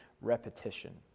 repetition